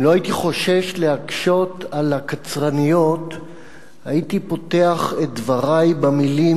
אם לא הייתי חושש להקשות על הקצרניות הייתי פותח את דברי במלים